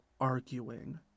arguing